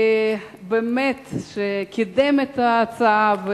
שקידם את ההצעה.